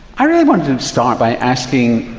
i really wanted to start by asking,